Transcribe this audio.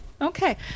okay